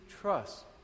trust